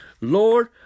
Lord